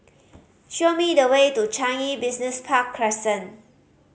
show me the way to Changi Business Park Crescent